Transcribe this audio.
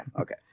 Okay